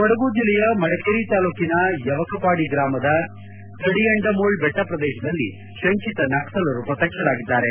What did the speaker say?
ಕೊಡಗು ಜಿಲ್ಲೆಯ ಮಡಿಕೇರಿ ತಾಲ್ಲೂಕಿನ ಯವಕಪಾಡಿ ಗ್ರಾಮದ ತಡಿಯಂಡಮೋಳ್ ಬೆಟ್ಟ ಪ್ರದೇಶದಲ್ಲಿ ಶಂಕಿತ ನಕ್ಷಲರು ಪ್ರತ್ವಕ್ಷರಾಗಿದ್ದಾರೆ